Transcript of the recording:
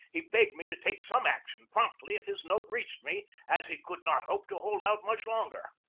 he begged me to take some action promptly if his note reached me, as he could not hope to hold out much longer.